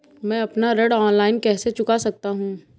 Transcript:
मैं अपना ऋण ऑनलाइन कैसे चुका सकता हूँ?